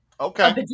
okay